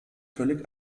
völlig